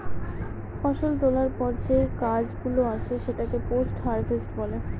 ফষল তোলার পর যে কাজ গুলো আসে সেটাকে পোস্ট হারভেস্ট বলে